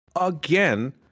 again